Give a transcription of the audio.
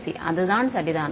C அது சரிதான்